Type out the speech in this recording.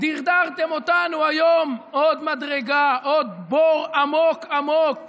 דרדרתם אותנו היום עוד מדרגה, עוד בור עמוק עמוק